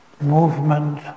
movement